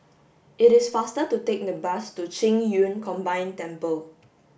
it is faster to take the bus to Qing Yun Combined Temple